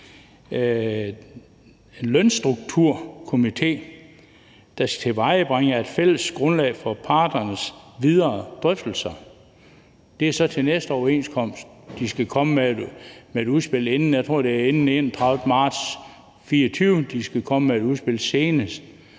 en lønstrukturkomité, der skal tilvejebringe et fælles grundlag for parternes videre drøftelser. Det er så inden næste overenskomst, de skal komme med et udspil – jeg